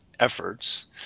efforts